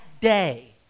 day